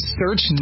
search